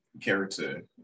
character